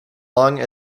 long